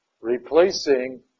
replacing